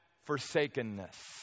forsakenness